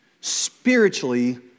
Spiritually